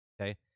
okay